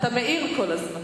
אתה מאיר כל הזמן.